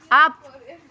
app